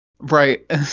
Right